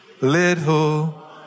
Little